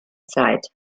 zeit